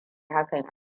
hakan